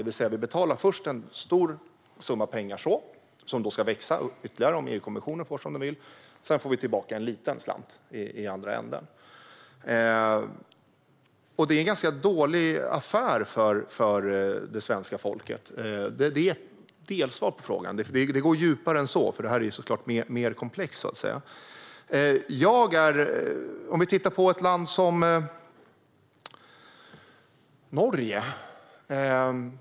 Vi betalar alltså först en stor summa pengar, som ska växa ytterligare om EU-kommissionen får som den vill, och sedan får vi tillbaka en liten slant i andra änden. Det är en ganska dålig affär för det svenska folket. Det är ett delsvar på frågan. Det går djupare än så, för detta är såklart mer komplext. Vi kan titta på ett land som Norge.